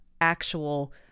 actual